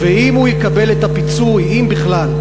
ואם הוא יקבל את הפיצוי, אם בכלל,